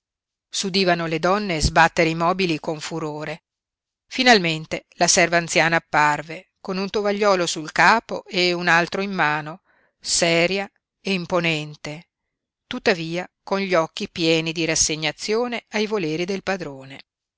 stefana s'udivano le donne sbattere i mobili con furore finalmente la serva anziana apparve con un tovagliolo sul capo e un altro in mano seria e imponente tuttavia con gli occhi pieni di rassegnazione ai voleri del padrone